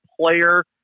player